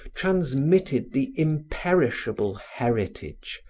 transmitted the imperishable heritage,